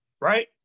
right